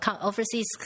overseas